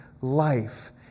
life